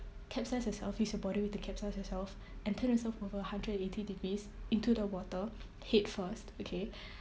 capsize yourself use your body weight to capsize yourself and turn yourself over a hundred and eighty degrees into the water head first okay